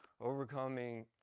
Overcoming